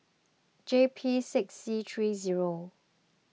J P six C three zero